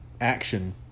action